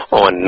on